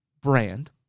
brand